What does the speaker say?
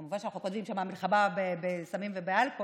כמובן שאנחנו לא כותבים שם "מלחמה בסמים ובאלכוהול",